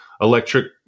electric